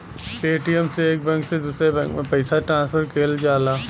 Paytm से एक bank से दूसरे बैंक में पइसा ट्रांसफर किहल जाला